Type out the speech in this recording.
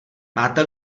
máte